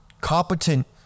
competent